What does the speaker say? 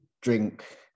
drink